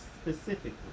specifically